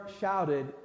shouted